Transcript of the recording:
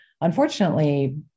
unfortunately